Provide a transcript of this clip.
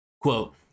Quote